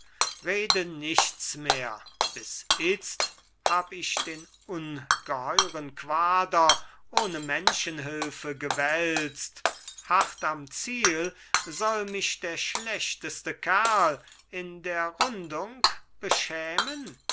rede nichts mehr bis itzt hab ich den ungeheuren quader ohne menschenhülfe gewälzt hart am ziel soll mich der schlechteste kerl in der rundung beschämen